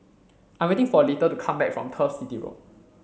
I'm waiting for Little to come back from Turf City Road